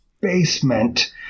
basement